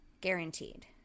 Guaranteed